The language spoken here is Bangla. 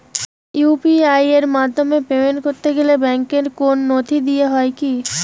ইউ.পি.আই এর মাধ্যমে পেমেন্ট করতে গেলে ব্যাংকের কোন নথি দিতে হয় কি?